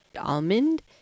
almond